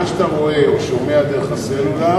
מה שאתה רואה או שומע דרך הסלולר,